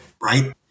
right